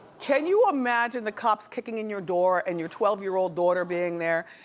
can you imagine the cops kicking in your door, and your twelve year old daughter being there,